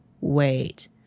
wait